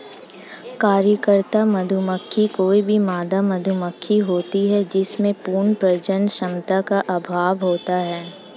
कार्यकर्ता मधुमक्खी कोई भी मादा मधुमक्खी होती है जिसमें पूर्ण प्रजनन क्षमता का अभाव होता है